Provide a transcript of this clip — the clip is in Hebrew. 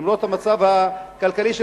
למרות המצב הכלכלי שלהם,